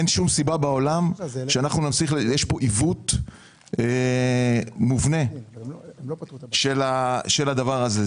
יש פה עיוות מובנה של הדבר הזה.